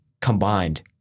combined